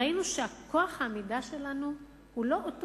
ראינו שכוח העמידה שלנו הוא לא אותו